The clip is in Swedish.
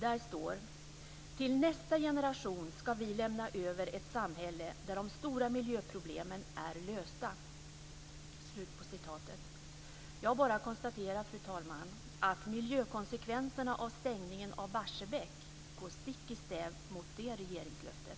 Där står det: "Till nästa generation ska vi lämna över ett samhälle där de stora miljöproblemen är lösta." Jag konstaterar, fru talman, att miljökonsekvenserna av stängningen av Barsebäck går stick i stäv mot det regeringslöftet.